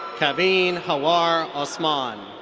kaveen hawar osman.